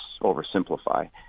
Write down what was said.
oversimplify